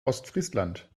ostfriesland